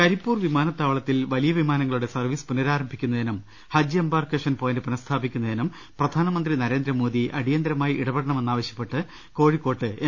കരിപ്പൂർ വിമാനത്താവളത്തിൽ വലിയ വിമാനങ്ങളുടെ സർവീസ് പുനരാരംഭിക്കുന്നതിനും ഹജ്ജ് എംബാർക്കേഷൻ പോയിന്റ് പുന സ്ഥാപിക്കുന്നതിനും പ്രധാനമന്ത്രി നരേന്ദ്രമോദി അടിയന്തരമായി ഇട പെടണമെന്നാവശ്യപ്പെട്ട് കോഴിക്കോട്ട് എം